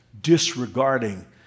disregarding